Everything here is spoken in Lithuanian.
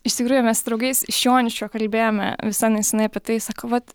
iš tikrųjų mes su draugais iš joniškio kalbėjome visai neseniai apie tai sakau vat